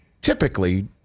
typically